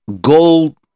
gold